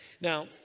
now